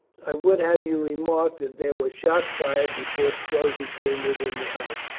i would have you remark there were shots fired before strozzi came within the house.